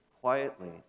quietly